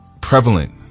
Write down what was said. Prevalent